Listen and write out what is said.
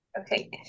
okay